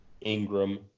Ingram